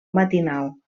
matinal